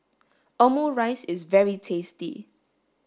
omurice is very tasty